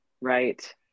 Right